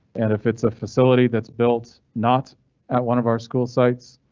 and if it's a facility that's built not at one of our school sites.